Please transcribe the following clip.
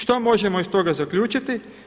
Što možemo iz toga zaključiti?